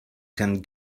can